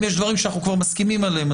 אם יש דברים שאנחנו כבר מסכימים עליהם,